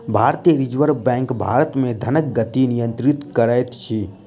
भारतीय reserve bank Bharat मे धनक गति नियंत्रित करैत अछि